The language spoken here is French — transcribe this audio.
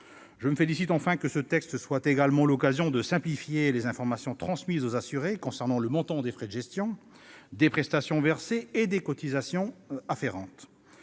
Je me félicite, enfin, que ce texte offre également l'occasion de simplifier les informations transmises aux assurés concernant le montant des frais de gestion, des prestations versées et des cotisations afférentes.